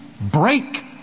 Break